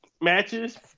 matches